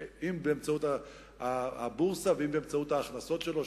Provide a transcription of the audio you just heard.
אם באמצעות הבורסה ואם באמצעות ההכנסות שלו,